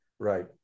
Right